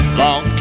long